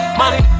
Money